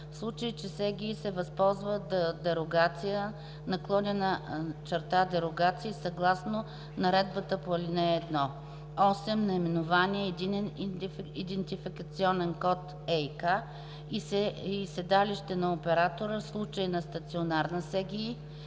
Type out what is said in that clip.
в случай че СГИ се възползва от дерогация/дерогации съгласно наредбата по ал. 1; 8. наименование, единен идентификационен код (ЕИК) и седалище на оператора, а в случай на стационарна СГИ